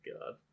God